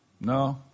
no